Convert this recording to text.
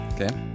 Okay